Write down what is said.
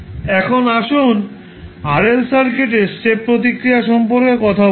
এখন আসুন RL সার্কিটের স্টেপ প্রতিক্রিয়া সম্পর্কে কথা বলি